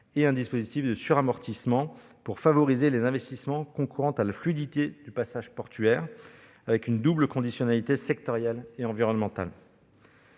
et un dispositif de suramortissement, pour favoriser les investissements concourant à la fluidité du passage portuaire, avec une double conditionnalité sectorielle et environnementale.